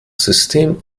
system